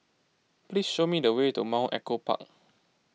please show me the way to Mount Echo Park